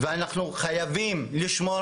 ואנחנו חייבים לשמור